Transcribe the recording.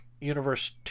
Universe